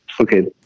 Okay